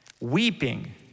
weeping